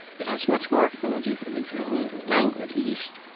it has much more affinity for the dreamy, languid east.